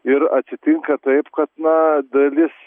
ir atsitinka taip kad na dalis